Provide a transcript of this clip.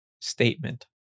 statement